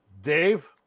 Dave